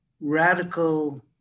radical